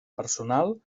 personal